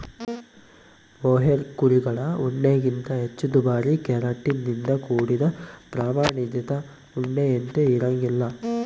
mohair ಕುರಿಗಳ ಉಣ್ಣೆಗಿಂತ ಹೆಚ್ಚು ದುಬಾರಿ ಕೆರಾಟಿನ್ ನಿಂದ ಕೂಡಿದ ಪ್ರಾಮಾಣಿತ ಉಣ್ಣೆಯಂತೆ ಇರಂಗಿಲ್ಲ